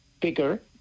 bigger